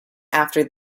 after